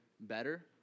better